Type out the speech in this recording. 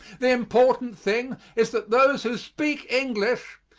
the important thing is that those who speak english,